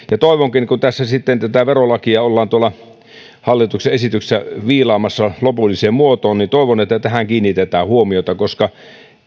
toivonkin että kun sitten tätä verolakia ollaan hallituksen esityksessä viilaamassa lopulliseen muotoon niin tähän kiinnitetään huomiota koska